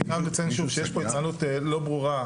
אני חייב לציין שוב שיש פה יצרנות לא ברורה.